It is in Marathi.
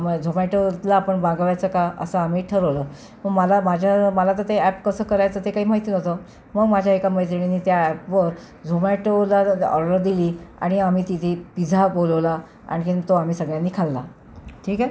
मग झोमॅटोला आपण मागवायचं का असं आम्ही ठरवलं मग मला माझ्या मला तर ते अॅप कसं करायचं ते काही माहिती नव्हतं मग माझ्या एका मैत्रिणीनी त्या अॅपवर झोमॅटोला जर ऑर्डर दिली आणि आम्ही तिघी पिझ्झा बोलवला आणखीन तो आम्ही सगळ्यांनी खाल्ला ठीक आहे